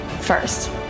first